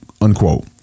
unquote